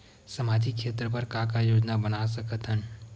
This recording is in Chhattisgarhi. सामाजिक क्षेत्र बर का का योजना बना सकत हन?